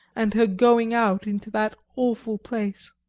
and her going out into that awful place.